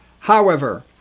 however,